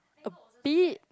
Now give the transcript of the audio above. a bit